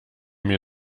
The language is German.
mir